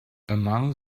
among